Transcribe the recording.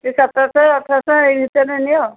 ସେଇ ସତରଶହ ଅଠରଶହ ଏଇ ଭିତରେ ନିିଅ